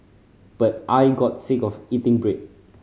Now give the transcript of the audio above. but I got sick of eating bread